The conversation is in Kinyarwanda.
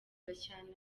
gashyantare